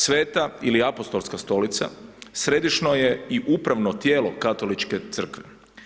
Sveta ili apostolska Stolica sjedišno je i u pravo tijelo Katoličke crkve.